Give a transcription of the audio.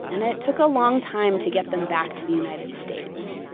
and it took a long time to get them back to the united states.